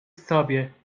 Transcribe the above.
sobie